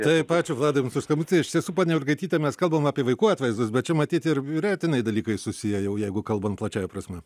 taip ačiū vladai jums už skambutį iš tiesų ponia jurgaityte mes kalbam apie vaikų atvaizdus bet čia matyt ir ir etinai dalykai susiję jau jeigu kalbant plačiąja prasme